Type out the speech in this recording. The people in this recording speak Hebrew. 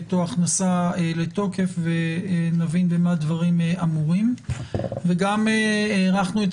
או הכנסה לתוקף ונבין במה דברים אמורים וגם הארכנו את